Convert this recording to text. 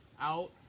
out